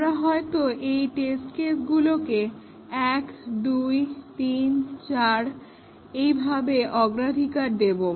আমরা হয়তো এই কেসগুলোকে 1 2 3 4 এইভাবে অগ্রাধিকার দেবো